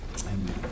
Amen